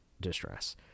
distress